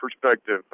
perspective